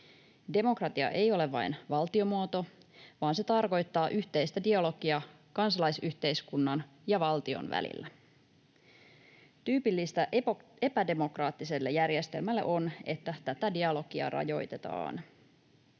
Demokratia ei ole vain valtiomuoto, vaan se tarkoittaa yhteistä dialogia kansalaisyhteiskunnan ja valtion välillä. Tyypillistä epädemokraattiselle järjestelmälle on, että tätä dialogia rajoitetaan.